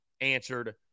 answered